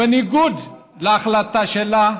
בניגוד להחלטה שלה,